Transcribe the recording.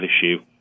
issue